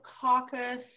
caucus